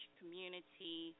community